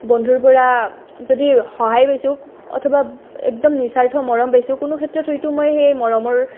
বন্ধুৰ পৰা যদি সহায় পাইছোঁ অথবা একদম নিস্বাৰ্থ মৰম পাইছোঁ কোনো ক্ষেত্ৰত হয়তো মই সেই মৰমৰ